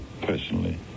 personally